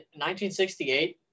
1968